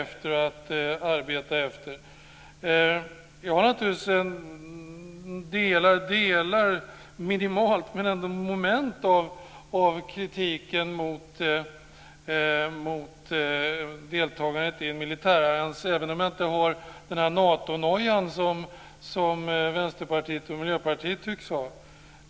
Jag kan instämma något i vissa moment av kritiken mot deltagandet i en militärallians, även om jag inte har den Natonoja som Vänsterpartiet och Miljöpartiet tycks ha.